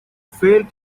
felt